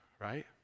right